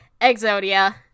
Exodia